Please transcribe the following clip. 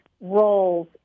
roles